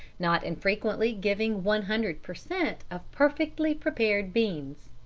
not infrequently giving one hundred per cent. of perfectly prepared beans.